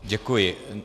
Děkuji.